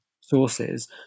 sources